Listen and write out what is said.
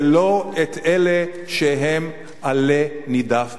ולא את אלה שהם עלה נידף ברוח.